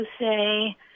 say